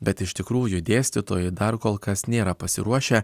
bet iš tikrųjų dėstytojai dar kol kas nėra pasiruošę